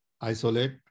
isolate